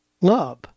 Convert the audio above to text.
love